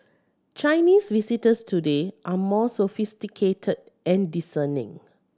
Chinese visitors today are more sophisticated and discerning